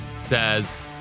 says